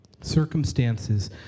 Circumstances